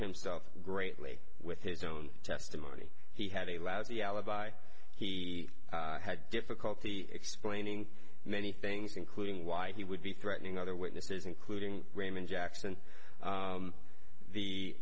himself greatly with his own testimony he had a lousy alibi he had difficulty explaining many things including why he would be threatening other witnesses including raymond jackson